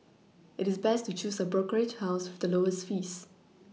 it is best to choose a brokerage house with the lowest fees